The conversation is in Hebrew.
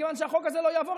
ומכיוון שהחוק הזה לא יעבור,